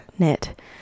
knit